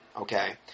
okay